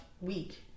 week